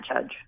judge